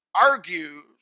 argues